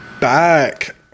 back